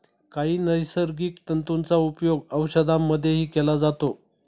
काही नैसर्गिक तंतूंचा उपयोग औषधांमध्येही केला जातो